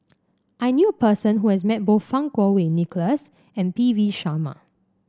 I knew person who has met both Fang Kuo Wei Nicholas and P V Sharma